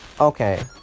Okay